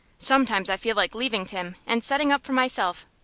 sometimes i feel like leaving tim, and settin' up for myself.